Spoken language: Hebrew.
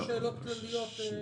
יש לי שאלות כלליות.